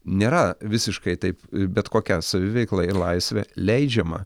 nėra visiškai taip bet kokia saviveikla ir laisvė leidžiama